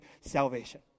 salvation